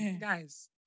Guys